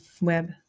web